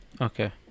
Okay